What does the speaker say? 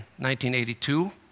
1982